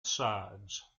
sides